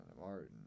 Martin